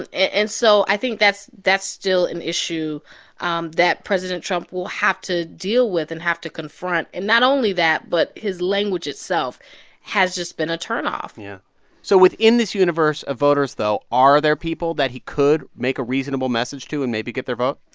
and so i think that's that's still an issue um that president trump will have to deal with and have to confront. and not only that, but his language itself has just been a turnoff yeah so within this universe of voters, though, are there people that he could make a reasonable message to and maybe get their vote?